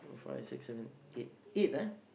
five six seven eight eight ah